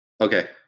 Okay